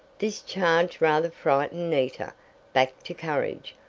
this charge rather frightened nita back to courage,